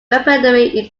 weaponry